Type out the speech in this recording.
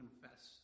confess